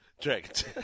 Dragons